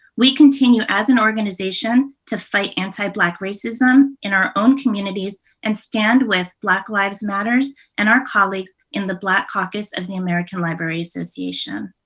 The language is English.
we continue as an organization to fight anti-black racism in our own communities and stand with black lives matter and our colleagues in the black caucus of the american library association.